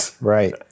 Right